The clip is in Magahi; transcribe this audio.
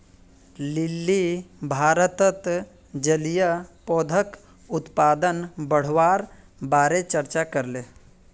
लिली भारतत जलीय पौधाक उत्पादन बढ़वार बारे चर्चा करले